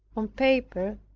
on paper,